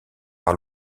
par